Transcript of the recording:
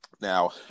now